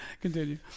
Continue